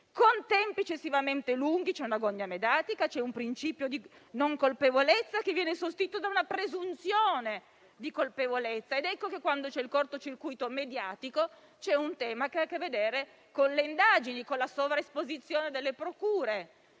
Con tempi eccessivamente lunghi, si lascia spazio a una gogna mediatica e il principio di non colpevolezza viene sostituito da una presunzione di colpevolezza. Quando c'è il cortocircuito mediatico, c'è un tema che ha a che vedere con le indagini e la sovraesposizione delle procure.